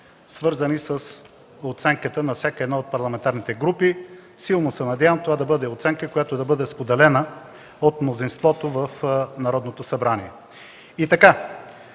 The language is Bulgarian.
свързани с оценката на всяка една от парламентарните групи. Силно се надявам това да бъде оценка, която да е споделена от мнозинството в Народното събрание. И така: